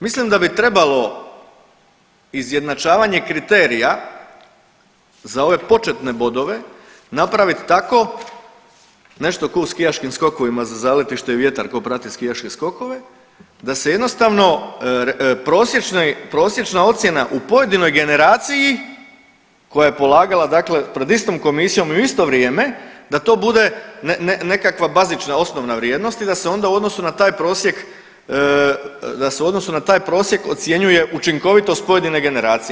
Mislim da bi trebalo izjednačavanje kriterija za ove početne bodove napraviti tako, nešto ko u skijaškim skokovima za zaletište i vjetar tko prati skijaške skokove, da se jednostavno prosječna ocjena u pojedinoj generaciji koja je polagala dakle pred istom komisijom u isto vrijeme da to bude nekakva bazična, osnovna vrijednost i da se onda u odnosu na taj prosjek, da se u odnosu na taj prosjek ocjenjuje učinkovitost pojedine generacije.